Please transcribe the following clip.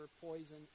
poison